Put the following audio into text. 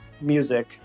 music